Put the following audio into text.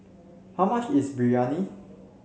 how much is Biryani